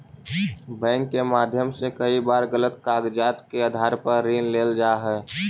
bank के माध्यम से कई बार गलत कागजात के आधार पर ऋण लेल जा हइ